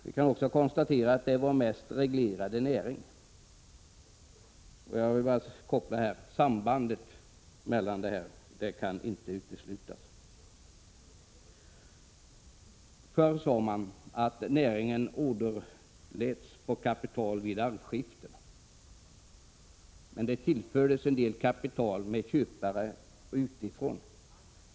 Vi kan också konstatera att jordbruksnäringen är vår mest reglerade näring. Sambandet mellan dessa båda förhållanden kan inte uteslutas. Förr sade man att näringen åderläts på kapital vid arvskiftena. Men den tillfördes en del kapital av köpare utifrån.